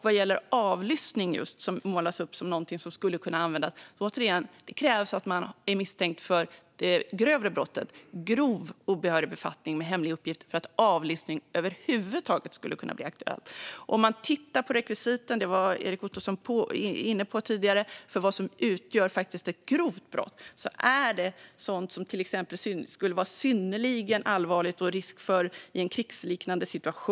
Vad gäller just avlyssning, som målas upp som något som skulle kunna användas, krävs återigen att man är misstänkt för det grövre brottet, grov obehörig befattning med hemlig uppgift, för att det över huvud taget skulle kunna bli aktuellt. Om man, som Erik Ottoson var inne på tidigare, tittar på rekvisiten för vad som utgör ett grovt brott ser man att det är sådant som till exempel skulle vara synnerligen allvarligt och innebära en risk i en krigsliknande situation.